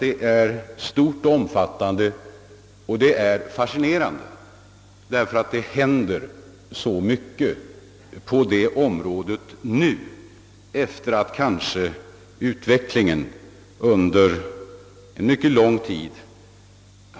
Det är omfattande och fascinerande därför att där händer så mycket nu, eftersom framstegen tidigare kanske inte varit särskilt påtagliga.